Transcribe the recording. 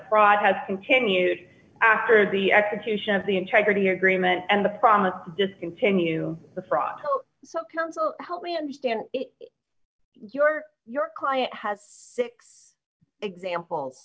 fraud has continued after the execution of the integrity agreement and the promise to just continue the fraud counsel help me understand you or your client has six examples